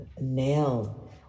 nail